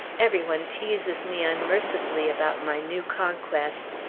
every one teases me unmercifully about my new conquest.